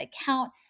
account